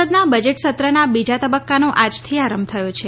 સંસદના બજેટસત્રના બીજા તબક્કાનો આજથી આરંભ થયો છે